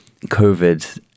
COVID